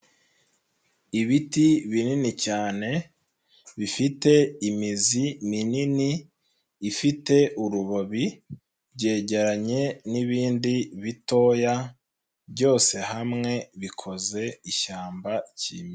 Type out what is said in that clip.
Ibiti binini cyane bifite imizi minini ifite urubobi, byegeranye n'ibindi bitoya byose hamwe bikoze ishyamba kimeza.